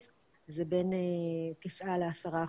זה בין 9% ל-10%.